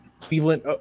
Cleveland –